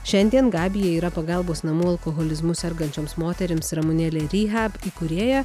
šiandien gabija yra pagalbos namų alkoholizmu sergančioms moterims ramunėlė rehab įkūrėja